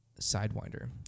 Sidewinder